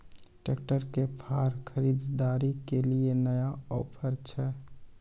Tractor के फार खरीदारी के लिए नया ऑफर छ?